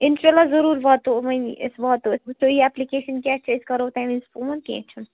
اِنشاء اللہ ضٔروٗر واتو وٕنی أسۍ واتو أسۍ وٕچھو یہِ اٮ۪پلِکیشَن کیٛاہ چھِ أسۍ کَرو تَمۍ وِزِ فون کیٚنٛہہ چھُنہٕ